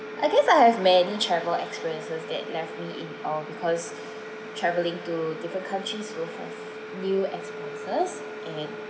I guess I have many travel experiences that left me in awe because travelling to different countries will have new experiences and